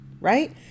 right